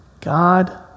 God